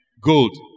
gold